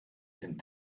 den